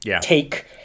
take